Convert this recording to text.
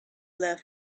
left